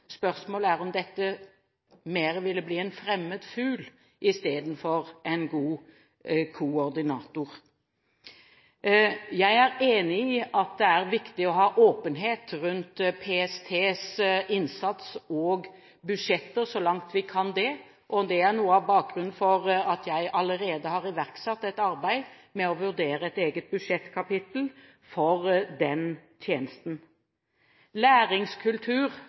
Spørsmålet er om dette mer ville bli en fremmed fugl istedenfor en god koordinator. Jeg er enig i at det er viktig å ha åpenhet rundt PSTs innsats og budsjetter så langt vi kan det. Det er noe av bakgrunnen for at jeg allerede har iverksatt et arbeid med å vurdere et eget budsjettkapittel for den tjenesten. Læringskultur